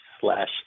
slash